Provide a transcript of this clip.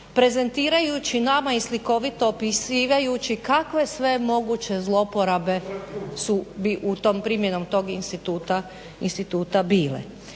prezentirajući nama i slikovito opisivajući kakve moguće zloporabe bi primjenom tom instituta bile.